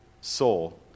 soul